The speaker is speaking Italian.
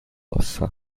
ossa